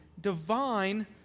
divine